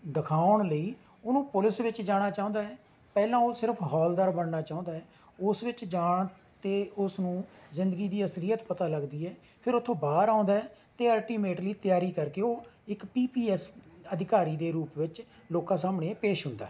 ਦਿਖਾਉਣ ਲਈ ਉਹਨੂੰ ਪੁਲਿਸ ਵਿੱਚ ਜਾਣਾ ਚਾਹੁੰਦਾ ਹੈ ਪਹਿਲਾਂ ਉਹ ਸਿਰਫ਼ ਹੋਲਦਾਰ ਬਣਨਾ ਚਾਹੁੰਦਾ ਹੈ ਉਸ ਵਿਚ ਜਾਣ 'ਤੇ ਉਸ ਨੂੰ ਜ਼ਿੰਦਗੀ ਦੀ ਅਸਲੀਅਤ ਪਤਾ ਲੱਗਦੀ ਹੈ ਫਿਰ ਉੱਥੋਂ ਬਾਹਰ ਆਉਂਦਾ ਹੈ ਅਤੇ ਅਲਟੀਮੇਟਲੀ ਤਿਆਰੀ ਕਰਕੇ ਉਹ ਇੱਕ ਪੀ ਪੀ ਐੱਸ ਅਧਿਕਾਰੀ ਦੇ ਰੂਪ ਵਿਚ ਲੋਕਾਂ ਸਾਹਮਣੇ ਪੇਸ਼ ਹੁੰਦਾ ਹੈ